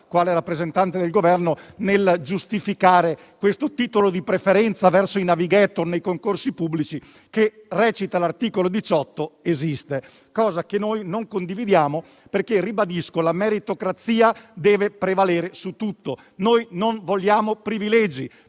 quale rappresentante del Governo, nel giustificare questo titolo di preferenza verso i *navigator* nei concorsi pubblici che, come recita l'articolo 18 del decreto-legge sostegni, esiste. Noi non lo condividiamo, perché - ribadisco - la meritocrazia deve prevalere su tutto; non vogliamo privilegi